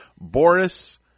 Boris